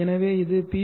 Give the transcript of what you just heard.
எனவே இது பி